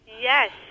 Yes